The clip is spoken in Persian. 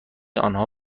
آنها